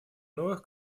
новых